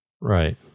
Right